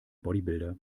bodybuilder